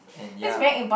and ya